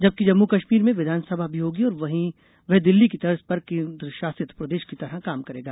जबकि जम्मू कश्मीर में विधानसभा भी होगी और वह दिल्ली की तर्ज पर केन्द्रशासित प्रदेश की तरह काम करेगा